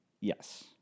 Yes